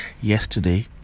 yesterday